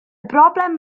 broblem